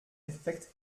effekt